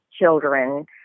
children